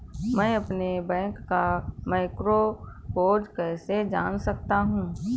मैं अपने बैंक का मैक्रो कोड कैसे जान सकता हूँ?